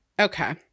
okay